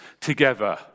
together